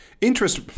Interest